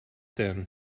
then